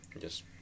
Yes